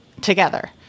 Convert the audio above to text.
together